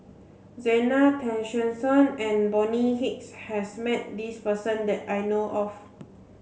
Zena Tessensohn and Bonny Hicks has met this person that I know of